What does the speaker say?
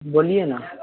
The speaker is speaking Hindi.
बोलिए ना